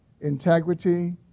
integrity